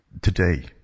today